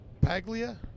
Paglia